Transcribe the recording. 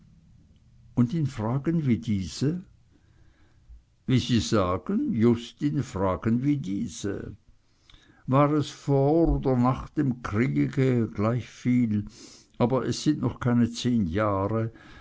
und in fragen wie diese wie sie sagen just in fragen wie diese war es vor oder nach dem kriege gleichviel aber es sind noch keine zehn jahre